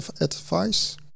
advice